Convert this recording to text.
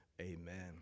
Amen